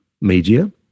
media